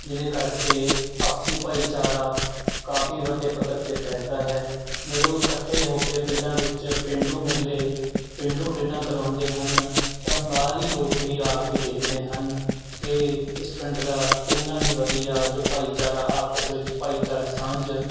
ਜਿਹਦੇ ਕਰਕੇ ਆਪਸੀ ਭਾਈਚਾਰਾ ਕਾਫੀ ਵੱਡੇ ਪੱਧਰ 'ਤੇ ਫੈਲਦਾ ਹੈ ਜਦੋਂ ਇਕੱਠੇ ਹੋ ਕੇ ਪਿੰਡਾਂ ਵਿੱਚ ਪੇਂਡੂ ਮੇਲੇ ਪੇਂਡੂ ਖੇਡਾਂ ਕਰਵਾਉਂਦੇ ਹਨ ਤਾਂ ਬਾਹਰੀ ਲੋਕ ਵੀ ਆ ਕੇ ਦੇਖਦੇ ਹਨ ਕਿ ਇਸ ਪਿੰਡ ਦਾ ਕਿੰਨਾ ਹੀ ਵਧੀਆ ਜੋ ਭਾਈਚਾਰਾ ਆਪਸ ਵਿੱਚ ਭਾਈਚਾਰਕ ਸਾਂਝ